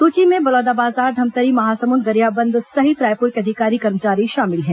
सूची में बलौदाबाजार धमतरी महासमुंद गरियाबंद सहित रायपुर के अधिकारी कर्मचारी शामिल है